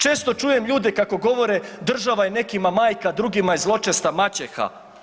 Često čujem ljude kako govore država je nekima majka, drugima je zločesta maćeha.